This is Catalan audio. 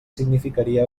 significaria